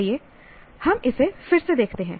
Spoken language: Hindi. आइए हम इसे फिर से देखते हैं